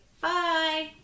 Bye